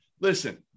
listen